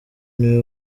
niwe